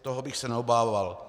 Toho bych se neobával.